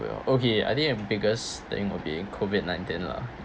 your okay I think the biggest thing would be COVID nineteen lah